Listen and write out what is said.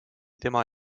tema